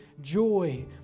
joy